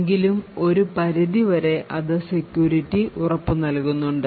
എങ്കിലും ഒരു പരിധിവരെ അത് secuirty ഉറപ്പു നൽകുന്നുണ്ട്